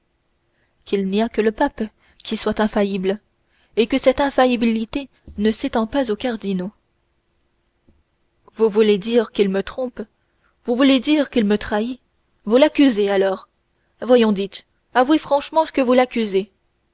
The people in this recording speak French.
qu'il n'y a que le pape qui soit infaillible et que cette infaillibilité ne s'étend pas aux cardinaux vous voulez dire qu'il me trompe vous voulez dire qu'il me trahit vous l'accusez alors voyons dites avouez franchement que vous l'accusez